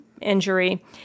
injury